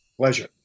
Pleasure